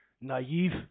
naive